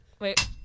Wait